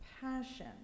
passion